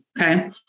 okay